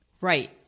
right